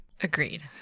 Agreed